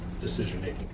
decision-making